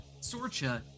Sorcha